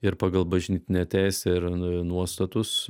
ir pagal bažnytinę teisę ir nuostatus